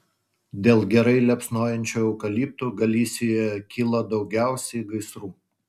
dėl gerai liepsnojančių eukaliptų galisijoje kyla daugiausiai gaisrų